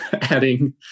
adding